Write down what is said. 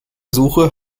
suche